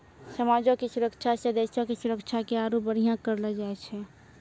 समाजो के सुरक्षा से देशो के सुरक्षा के आरु बढ़िया करलो जाय छै